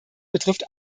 betrifft